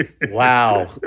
wow